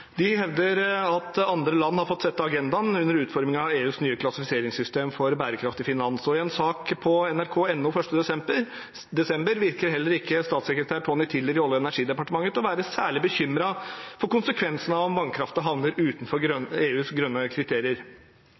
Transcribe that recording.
De hevder at andre land har fått se agendaen under utformingen av EUs nye klassifiseringssystem for bærekraftig finans. I en sak på nrk.no 1. desember virker heller ikke statssekretær Tony Tiller i Olje- og energidepartementet særlig bekymret for konsekvensene av om vannkraften havner utenfor EUs grønne kriterier.